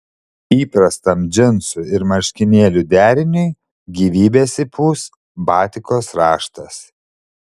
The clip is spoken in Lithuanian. įprastam džinsų ir marškinėlių deriniui gyvybės įpūs batikos raštas